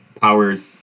powers